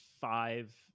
five